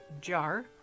jar